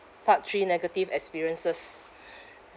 part three negative experiences